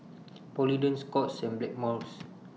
Polident Scott's and Blackmores